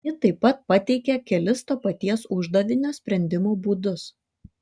ji taip pat pateikė kelis to paties uždavinio sprendimo būdus